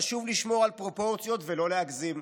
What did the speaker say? חשוב לשמור על פרופורציות ולא להגזים".